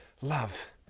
love